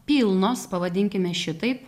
pilnos pavadinkime šitaip